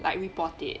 like report it